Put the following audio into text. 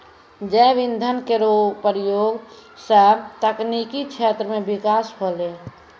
जैव इंधन केरो प्रयोग सँ तकनीकी क्षेत्र म बिकास होलै